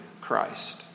Christ